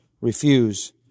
refuse